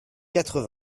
quatre